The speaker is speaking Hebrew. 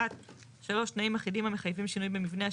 1. 3. תנאים אחידים המחייבים שינוי במבנה,